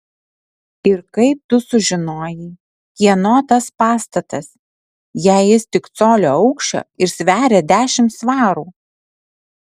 ir kaip tu sužinojai kieno tas pastatas jei jis tik colio aukščio ir sveria dešimt svarų